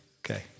Okay